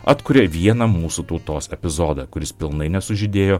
atkuria vieną mūsų tautos epizodą kuris pilnai nesužydėjo